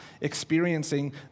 experiencing